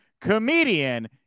comedian